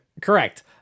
correct